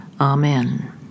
Amen